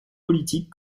politique